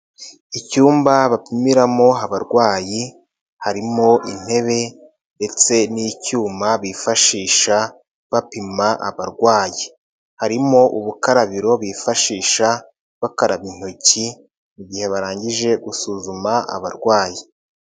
Icyumba bapimiramo abarwayi, harimo intebe ndetse n'icyuma bifashisha bapima abarwayi, harimo ubukarabiro bifashisha bakaraba intoki mu gihe barangije gusuzuma abarwayi.